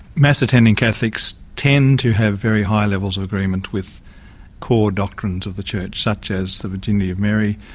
mass-attending catholics tend to have very high levels of agreement with core doctrines of the church, such as the virginity of mary,